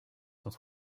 sont